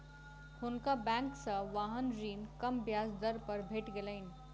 हुनका बैंक से वाहन ऋण कम ब्याज दर पर भेट गेलैन